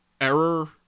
error